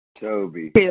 Toby